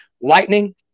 Lightning